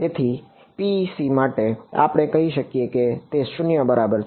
તેથી PEC માટે આપણે કહી શકીએ કે તે 0 ની બરાબર છે